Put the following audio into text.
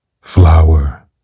Flower